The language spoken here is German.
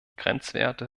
grenzwerte